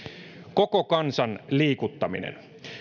koko kansan liikuttaminen